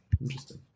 Interesting